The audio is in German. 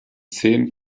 zehn